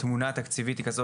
התמונה התקציבית היא כזו,